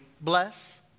Bless